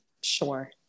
Sure